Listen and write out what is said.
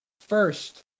first